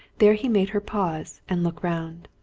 there he made her pause and look round.